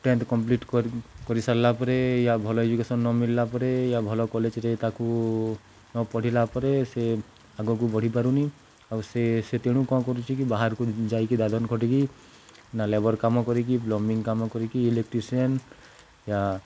tenth complete କରି କରିସାରିଲା ପରେ ୟା ଭଲ ଏଜୁକେସନ୍ ନ ମିଳିଲା ପରେ ୟା ଭଲ କଲେଜ୍ରେ ତାକୁ ନ ପଢ଼ିଲା ପରେ ସେ ଆଗକୁ ବଢ଼ିପାରୁନି ଆଉ ସେ ସେ ତେଣୁ କ'ଣ କରୁଛି କି ବାହାରକୁ ଯାଇକି ଦାଦନ ଖଟିକି ନା ଲେବର୍ କାମ କରିକି ପ୍ଲମ୍ବିଂ କାମ କରିକି ଇଲେକ୍ଟ୍ରସିଆନ୍ ୟା